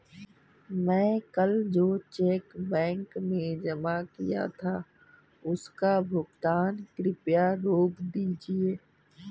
मैं कल जो चेक बैंक में जमा किया था उसका भुगतान कृपया रोक दीजिए